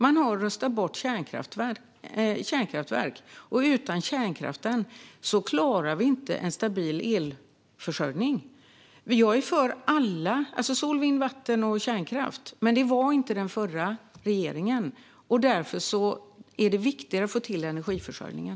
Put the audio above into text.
Man har röstat bort kärnkraftverk, och utan kärnkraften klarar vi inte en stabil elförsörjning. Jag är för både sol-, vind-, vatten och kärnkraft, men det var inte den förra regeringen. Det viktiga är att få till energiförsörjningen.